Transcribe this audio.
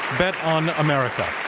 bet on america.